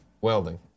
Welding